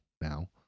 now